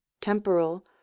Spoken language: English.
temporal